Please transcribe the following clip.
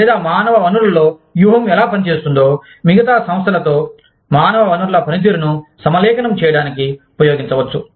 లేదా మానవ వనరులలో వ్యూహం ఎలా పనిచేస్తుందో మిగతా సంస్థలతో మానవ వనరుల పనితీరును సమలేఖనం చేయడానికి ఉపయోగించవచ్చు